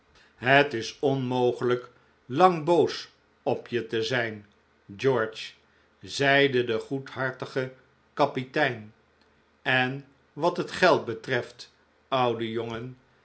het is onmogelijk lang boos op je te zijn george zeide de goedhartige kapitein en wat het geld betreft ouwe jongen